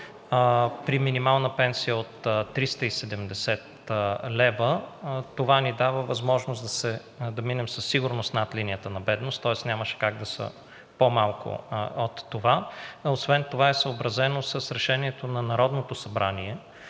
При минимална пенсия от 370 лв. това ни дава възможност да минем със сигурност над линията на бедност, тоест нямаше как да са по-малко от това. Освен това е съобразено с Решението на Народното събрание.